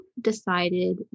decided